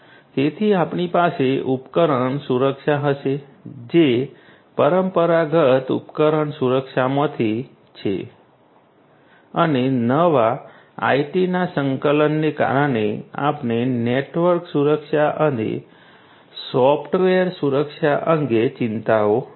તેથી આપણી પાસે ઉપકરણ સુરક્ષા હશે જે પરંપરાગત ઉપકરણ સુરક્ષામાંથી છે અને નવા ITના સંકલનને કારણે આપણે નેટવર્ક સુરક્ષા અને સૉફ્ટવેર સુરક્ષા અંગે ચિંતાઓ છે